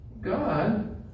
God